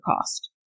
cost